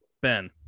Ben